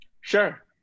Sure